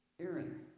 Aaron